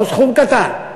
לא סכום קטן,